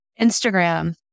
Instagram